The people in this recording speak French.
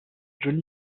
johnny